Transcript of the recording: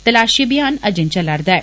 तलाषी अभियान अजें चला रदा ऐ